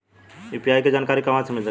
UPI के जानकारी कहवा मिल सकेले?